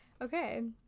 okay